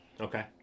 Okay